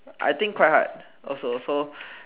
I think quite hard also so